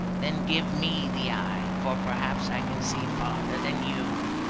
then give me the eye, for perhaps i can see farther than you.